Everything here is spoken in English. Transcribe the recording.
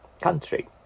country